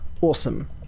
Awesome